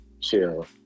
chill